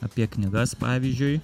apie knygas pavyzdžiui